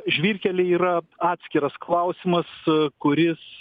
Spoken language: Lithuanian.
žvyrkeliai yra atskiras klausimas kuris